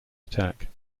attack